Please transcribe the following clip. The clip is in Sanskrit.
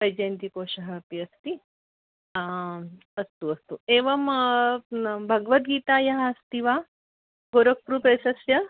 वैजयन्तीकोशः अपि अस्ति अस्तु अस्तु एवं भगवद्गीता अस्ति वा गोरक्पुर् प्रेसस्य